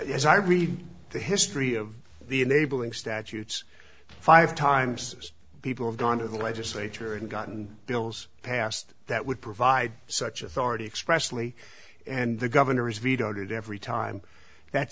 as i read the history of the enabling statutes five times people have gone to the legislature and gotten bills passed that would provide such authority expressly and the governor has vetoed it every time that